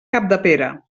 capdepera